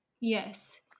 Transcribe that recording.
yes